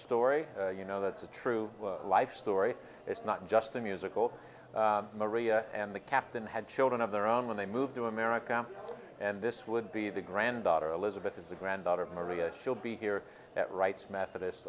story you know that's a true life story it's not just a musical maria and the captain had children of their own when they moved to america and this would be the granddaughter elizabeth is the granddaughter of maria she'll be here that writes methodist